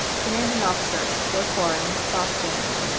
commanding officer, fort warren, boston.